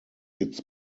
its